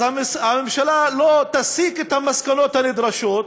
אז הממשלה לא תסיק את המסקנות הנדרשות,